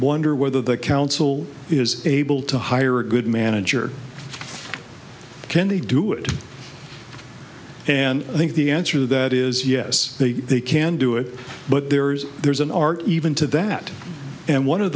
wonder whether the council is able to hire a good manager can they do it and i think the answer to that is yes they can do it but there's there's an art even to that and one of